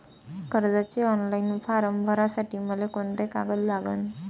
कर्जाचे online form भरासाठी मले कोंते कागद लागन?